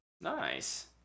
nice